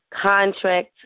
contract